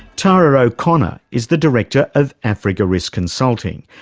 tara o'connor is the director of africa risk consulting,